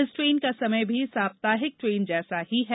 इस ट्रेन का समय भी साप्ताहिक ट्रेन जैसा ही है